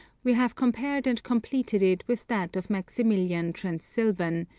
we have compared and completed it with that of maximilian transylvain,